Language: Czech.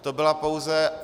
To byla pouze...